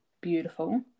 beautiful